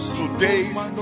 today's